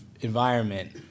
environment